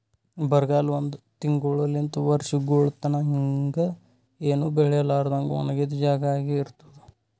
ಬರಗಾಲ ಒಂದ್ ತಿಂಗುಳಲಿಂತ್ ವರ್ಷಗೊಳ್ ತನಾ ಹಂಗೆ ಏನು ಬೆಳಿಲಾರದಂಗ್ ಒಣಗಿದ್ ಜಾಗಾ ಆಗಿ ಇರ್ತುದ್